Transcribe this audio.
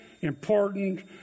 important